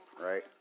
right